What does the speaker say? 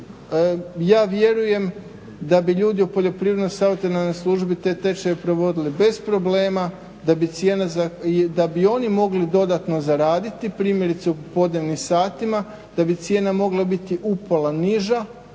ja vjerujem da bi ljudi u Poljoprivredno-savjetodavnoj službi te tečajeve provodili bez problema, da bi oni mogli dodatno zaraditi primjerice u popodnevnim satima, da bi cijena mogla biti upola niža